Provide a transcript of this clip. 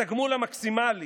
התגמול המקסימלי